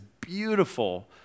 beautiful